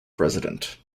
president